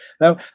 Now